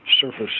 surface